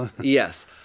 Yes